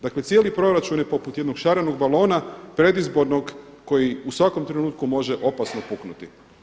Dakle, cijeli proračun je poput jednog šarenog balona predizbornog koji u svakom trenutku može opasno puknuti.